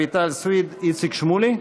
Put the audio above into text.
מוותר, רויטל סויד, איציק שמולי,